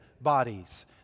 bodies